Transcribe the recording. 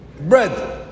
Bread